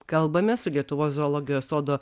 kalbame su lietuvos zoologijos sodo